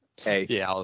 hey